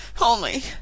only